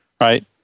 Right